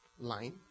line